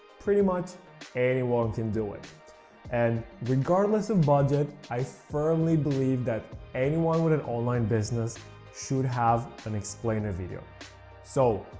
pretty much anyone can do it and regardless of budget, i firmly believe that anyone with an online business should have an explainer video so,